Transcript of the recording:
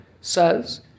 says